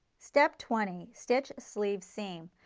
step twenty stitch sleeve seam.